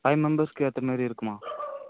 five மெம்பர்ஸுக்கு ஏற்ற மாரி இருக்குமா